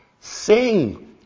Sing